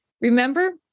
remember